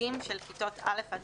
(הגבלת פעילות של מוסדות המקיימים פעילות חינוך),